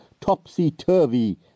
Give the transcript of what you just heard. topsy-turvy